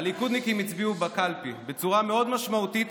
הליכודניקים הצביעו בקלפי בצורה מאוד משמעותית.